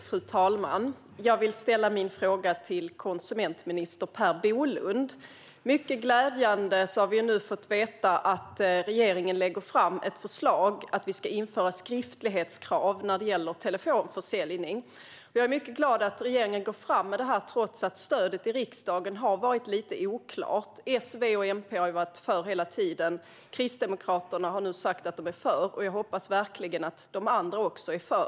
Fru talman! Jag vill ställa min fråga till konsumentminister Per Bolund. Mycket glädjande har vi nu fått veta att regeringen lägger fram ett förslag om att införa skriftlighetskrav när det gäller telefonförsäljning. Jag är mycket glad över att regeringen går fram med detta trots att stödet i riksdagen har varit lite oklart. S, V och MP har varit för detta hela tiden. Kristdemokraterna har nu sagt att de också är för förslaget. Jag hoppas verkligen att andra också är det.